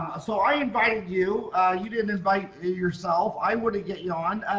ah so i invited you you didn't invite yourself i wouldn't get you on.